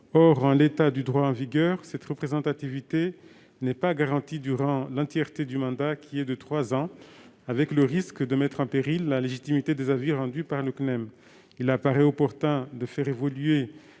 Or, en l'état du droit, cette représentativité n'est pas garantie durant l'entièreté du mandat qui est de trois ans, avec le risque de mettre en péril la légitimité des avis rendus par le CNEN. Il apparaît opportun de faire évoluer,